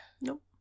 Nope